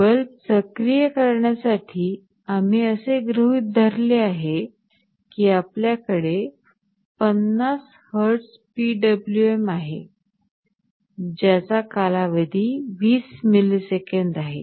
bulb सक्रिय करण्यासाठी आम्ही असे गृहीत धरले आहे की आपल्याकडे 50 हर्ट्झ PWM आहे ज्याचा कालावधी 20 मिलिसेकंद आहे